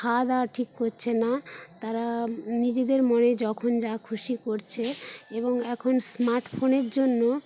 খাওয়া দাওয়া ঠিক করছে না তারা নিজেদের মনে যখন যা খুশি করছে এবং এখন স্মার্টফোনের জন্য